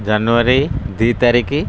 ଜାନୁଆରୀ ଦୁଇ ତାରିକି